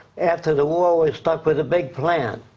after the war, we're stuck with a big plant.